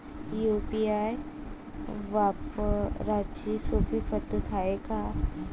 UPI वापराची सोपी पद्धत हाय का?